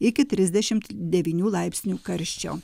iki trisdešim devynių laipsnių karščio